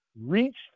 reached